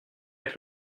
avec